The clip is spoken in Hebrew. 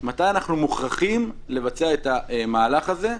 מתי אנחנו מוכרחים לבצע את המהלך הזה?